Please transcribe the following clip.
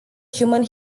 human